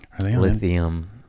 lithium